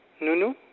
Nunu